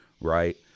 right